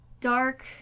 dark